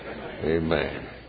Amen